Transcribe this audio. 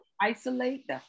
isolate